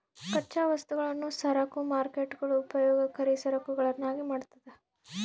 ಕಚ್ಚಾ ವಸ್ತುಗಳನ್ನು ಸರಕು ಮಾರ್ಕೇಟ್ಗುಳು ಉಪಯೋಗಕರಿ ಸರಕುಗಳನ್ನಾಗಿ ಮಾಡ್ತದ